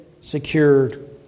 secured